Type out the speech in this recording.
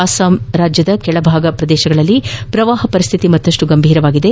ಅಸ್ಲಾಂನ ಕೆಳಭಾಗ ಪ್ರದೇಶಗಳಲ್ಲಿ ಪ್ರವಾಹ ಪರಿಸ್ಥಿತಿ ಮತ್ತಷ್ಟು ಗಂಭೀರವಾಗಿದೆ